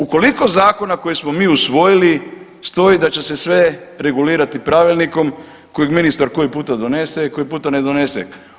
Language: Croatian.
U koliko zakona koji smo mi usvojili stoji da će se sve regulirati pravilnikom kojeg ministar koji puta donese, koji puta ne donese.